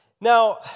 Now